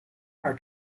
are